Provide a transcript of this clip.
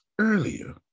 earlier